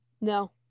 No